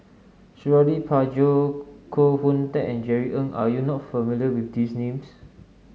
Suradi Parjo Koh Hoon Teck and Jerry Ng are you not familiar with these names